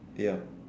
ya